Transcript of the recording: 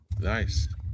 Nice